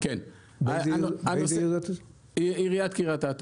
של עיריית קריית אתא.